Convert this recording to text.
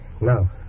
No